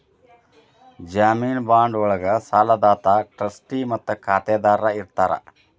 ಜಾಮೇನು ಬಾಂಡ್ ಒಳ್ಗ ಸಾಲದಾತ ಟ್ರಸ್ಟಿ ಮತ್ತ ಖಾತರಿದಾರ ಇರ್ತಾರ